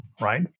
right